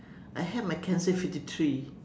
I have my cancer in fifty three